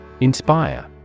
Inspire